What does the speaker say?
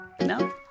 No